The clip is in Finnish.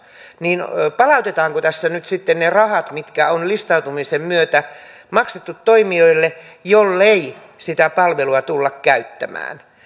niin palautetaanko tässä nyt sitten ne rahat mitkä on listautumisen myötä maksettu toimijoille jollei sitä palvelua tulla käyttämään